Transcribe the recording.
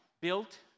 Built